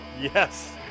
yes